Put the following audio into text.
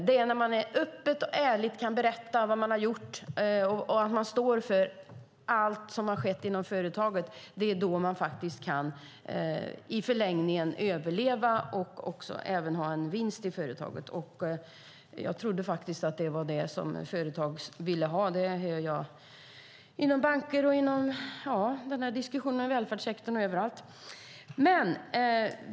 Det är när man öppet och ärligt kan berätta vad man har gjort och att man står för allt som har skett inom företaget som man i förlängningen kan överleva och även ha en vinst i företaget. Jag trodde faktiskt att det var det som företag ville ha. Det hör jag inom banker, inom den diskuterade välfärdssektorn och överallt.